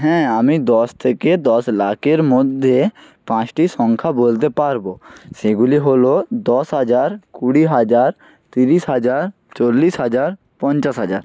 হ্যাঁ আমি দশ থেকে দশ লাখের মধ্যে পাঁচটি সংখ্যা বলতে পারব সেগুলি হল দশ হাজার কুড়ি হাজার তিরিশ হাজার চল্লিশ হাজার পঞ্চাশ হাজার